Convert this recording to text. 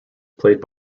played